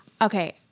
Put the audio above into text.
Okay